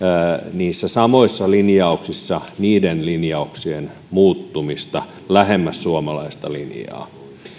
niissä samoissa linjauksissa niiden linjauksien muuttumiseksi lähemmäs suomalaista linjaa